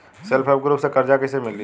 Self help group से कर्जा कईसे मिली?